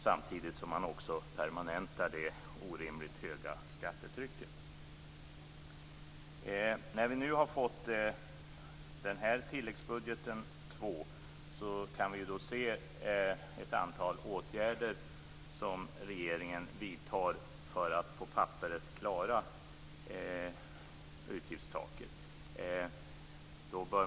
Samtidigt permanentar man också det orimligt höga skattetrycket. När vi nu har fått tilläggsbudget 2 kan vi se ett antal åtgärder som regeringen vidtar för att på papperet klara utgiftstaket.